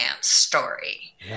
story